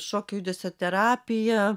šokio judesio terapiją